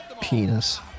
Penis